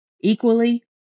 Equally